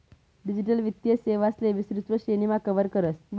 digital वित्तीय सेवांले विस्तृत श्रेणीमा कव्हर करस